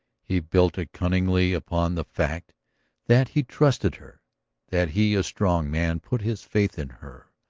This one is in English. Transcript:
he builded cunningly upon the fact that he trusted her that he, a strong man, put his faith in her,